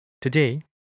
Today